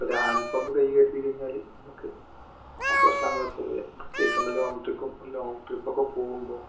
ഒരു hand pump കൈയ്യിൽ കരുതി കഴിഞ്ഞാൽ നമുക്ക് ആ പ്രശ്നമങ്ങനെ സോൾവ് ചെയ്യാം പ്രത്യേകിച്ചും ലോങ് ട്രിപ്പും ലോങ് ട്രിപ്പൊക്കെ പോകുമ്പോൾ